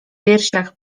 piersiach